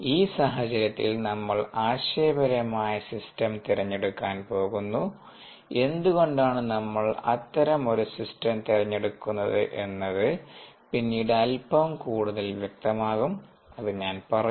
ഈ സാഹചര്യത്തിൽ നമ്മൾ ആശയപരമായ സിസ്റ്റം തിരഞ്ഞെടുക്കാൻ പോകുന്നു എന്തുകൊണ്ടാണ് നമ്മൾ അത്തരം ഒരു സിസ്റ്റം തിരഞ്ഞെടുക്കുന്നത് എന്നത് പിന്നീട് അല്പം കൂടുതൽ വ്യക്തമാകും അത് ഞാൻ പറയും